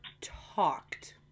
talked